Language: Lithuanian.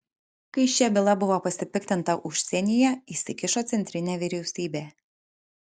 kai šia byla buvo pasipiktinta užsienyje įsikišo centrinė vyriausybė